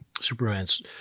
Superman's